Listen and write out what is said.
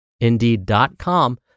indeed.com